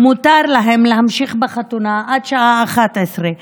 מותר להם להמשיך בחתונה עד השעה 23:00,